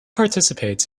participates